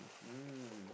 mm